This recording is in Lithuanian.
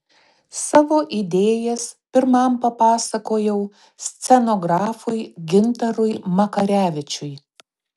savo idėjas pirmam papasakojau scenografui gintarui makarevičiui